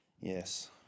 Yes